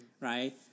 right